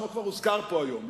שמו כבר הוזכר פה היום,